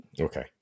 Okay